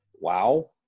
wow